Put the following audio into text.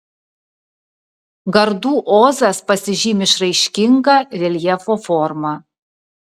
gardų ozas pasižymi išraiškinga reljefo forma